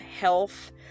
health